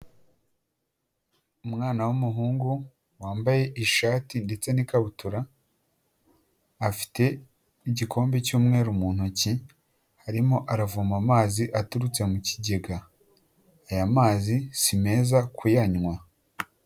Umwana w'umuhungu wambaye ishati ndetse n'ikabutura, afite igikombe cy'umweru mu ntoki arimo aravoma amazi aturutse mu kigega, aya mazi si meza ku yanywa.